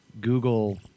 Google